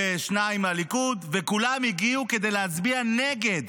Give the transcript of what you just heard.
ושניים מהליכוד, וכולם הגיעו כדי להצביע נגד,